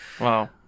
Wow